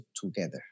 together